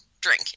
drink